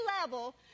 level